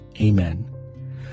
Amen